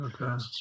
Okay